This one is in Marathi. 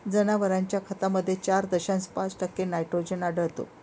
जनावरांच्या खतामध्ये चार दशांश पाच टक्के नायट्रोजन आढळतो